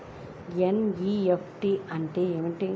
NEFT అంటే ఏమిటీ?